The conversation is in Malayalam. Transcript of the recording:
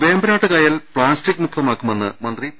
വേമ്പനാട്ടുകായൽ പ്ലാസ്റ്റിക് മുക്തമാക്കുമെന്ന് മന്ത്രി പി